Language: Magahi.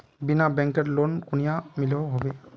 बिना बैंकेर लोन कुनियाँ मिलोहो होबे?